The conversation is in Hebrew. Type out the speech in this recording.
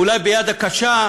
אולי ביד הקשה,